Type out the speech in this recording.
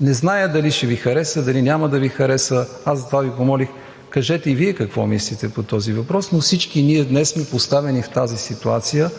Не зная дали ще Ви хареса, дали няма да Ви харесва. Затова Ви помолих – кажете и Вие какво мислите по този въпрос. Всички ние днес сме в тази ситуация